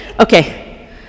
okay